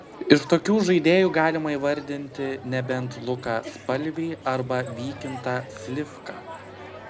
iš tokių žaidėjų galima įvardinti nebent luką spalvį arba vykintą slivką